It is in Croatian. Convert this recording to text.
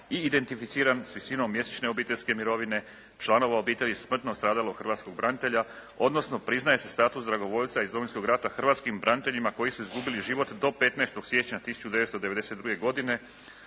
i identificiran s visinom mjesečne obiteljske mirovine, članova obitelji smrtno stradalog hrvatskog branitelja, odnosno priznaje se status dragovoljca iz Domovinskog rata hrvatskim braniteljima koji su izgubili život do 15. siječnja 1992. godine,